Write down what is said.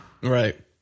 right